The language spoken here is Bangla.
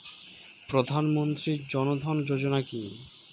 প্রধানমন্ত্রী জনধন যোজনা কি?